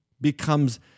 becomes